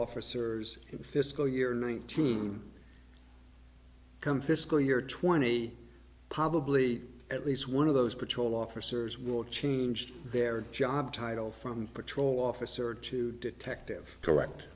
officers fiscal year nineteen come fiscal year twenty probably at least one of those patrol officers will changed their job title from patrol officer to detective correct